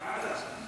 לוועדה.